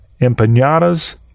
empanadas